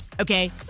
Okay